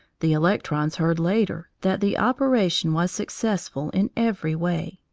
the electrons heard later that the operation was successful in every way.